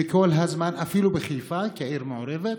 וכל הזמן, אפילו בחיפה, כעיר מעורבת,